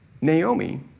Naomi